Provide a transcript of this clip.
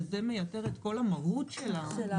שזה מייתר את כל המהות של האימוץ.